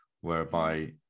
whereby